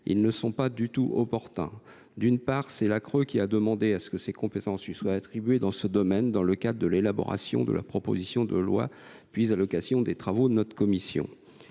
Ils ne sont pas du tout opportuns. C’est la CRE qui a demandé que ces compétences lui soient attribuées dans ce domaine, dans le cadre de l’élaboration de la proposition de loi, puis à l’occasion des travaux de notre commission.